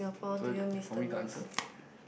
so for me to answer